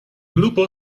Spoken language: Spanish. grupo